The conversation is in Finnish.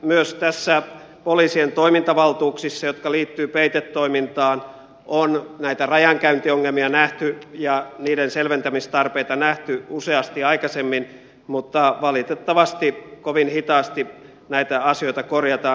myös näissä poliisien toimintavaltuuksissa jotka liittyvät peitetoimintaan on näitä rajankäyntiongelmia ja niiden selventämistarpeita nähty useasti aikaisemmin mutta valitettavasti kovin hitaasti näitä asioita korjataan